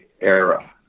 era